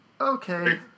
okay